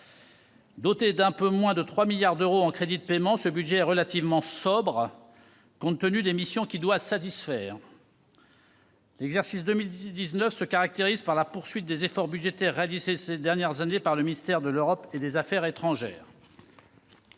Doté d'un peu moins de 3 milliards d'euros en crédits de paiement, ce budget est relativement sobre compte tenu des missions qu'il doit remplir. L'exercice 2019 se caractérise par la poursuite des efforts budgétaires réalisés ces dernières années par le ministère de l'Europe et des affaires étrangères.